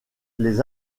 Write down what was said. les